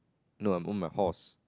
no I'm on my horse